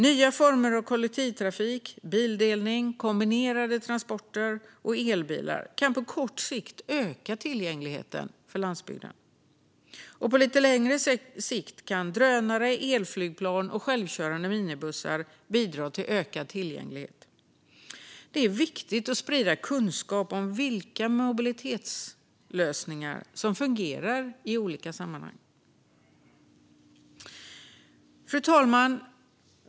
Nya former av kollektivtrafik, bildelning, kombinerade transporter och elbilar kan på kort sikt öka tillgängligheten på landsbygden. På lite längre sikt kan drönare, elflygplan och självkörande minibussar bidra till ökad tillgänglighet. Det är viktigt att sprida kunskap om vilka mobilitetslösningar som fungerar i olika sammanhang. Fru talman!